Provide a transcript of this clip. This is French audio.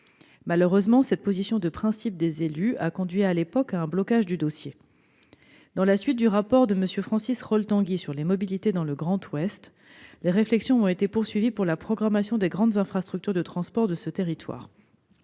Malheureusement, cette position de principe des élus a conduit à l'époque à un blocage du dossier. À la suite du rapport de M. Francis Rol-Tanguy sur les mobilités dans le Grand Ouest, les réflexions ont été poursuivies pour la programmation des grandes infrastructures de transport de ce territoire.